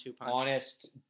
honest